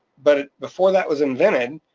but before that was invented,